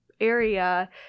area